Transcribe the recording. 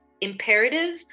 imperative